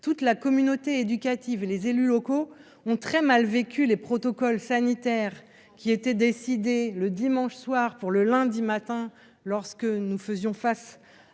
toute la communauté éducative, les élus locaux ont très mal vécu les protocoles sanitaires qui était décidé le dimanche soir pour le lundi matin lorsque nous faisions face à l'épidémie